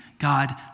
God